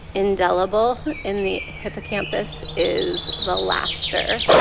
indelible in the hippocampus is the laughter,